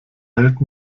hält